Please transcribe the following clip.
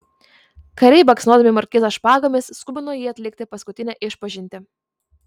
kariai baksnodami markizą špagomis skubino jį atlikti paskutinę išpažintį